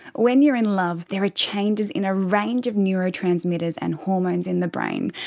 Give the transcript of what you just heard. when you're in love there are changes in a range of neurotransmitters and hormones in the brain,